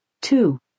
two